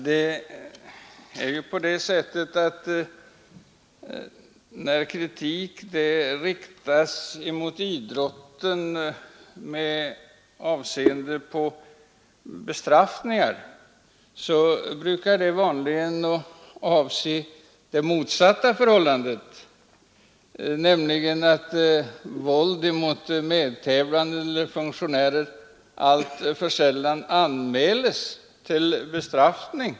Herr talman! När kritik riktas mot idrotten med avseende på bestraffningar brukar den vanligen gälla det motsatta förhållandet, nämligen att våld mot medtävlande eller funktionär alltför sällan anmäls till bestraffning.